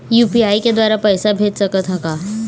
UPI के द्वारा पैसा भेज सकत ह का?